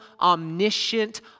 omniscient